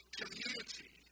community